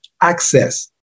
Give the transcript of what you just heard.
access